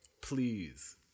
Please